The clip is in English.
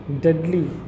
deadly